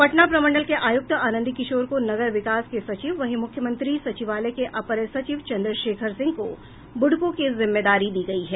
पटना प्रमंडल के आयुक्त आनंद किशोर को नगर विकास के सचिव वहीं मुख्यमंत्री सचिवालय के अपर सचिव चंद्रशेखर सिंह को ब्रुडको की जिम्मेदारी दी गयी है